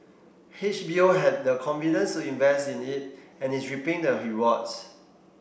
H B O had the confidence to invest in it and is reaping the rewards